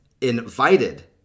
invited